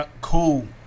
Cool